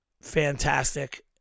fantastic